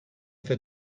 for